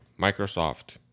Microsoft